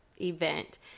event